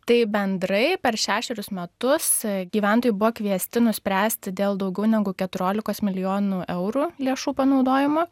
tai bendrai per šešerius metus gyventojai buvo kviesti nuspręsti dėl daugiau negu keturiolikos milijonų eurų lėšų panaudojimo